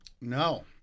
no